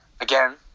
Again